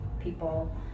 people